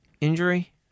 injury